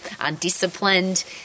undisciplined